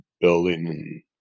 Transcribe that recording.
building